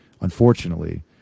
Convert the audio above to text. unfortunately